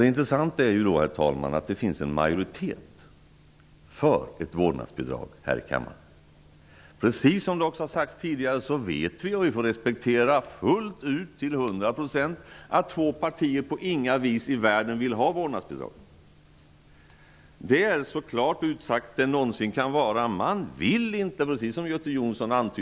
Det intressanta är, herr talman, att det finns en majoritet för ett vårdnadsbidrag här i kammaren. Precis som det har sagts tidigare vet vi, och det får vi respektera fullt ut och till 100 %, att två partier på inga vis i världen vill ha vårdnadsbidrag. Göte Jonsson lyfte fram exemplet Lena Roos.